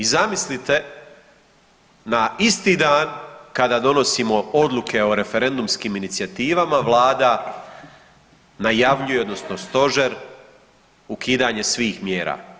I zamislite na isti dan kada donosimo odluke o referendumskim inicijativama vlada najavljuje odnosno stožer ukidanje svih mjera.